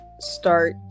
Start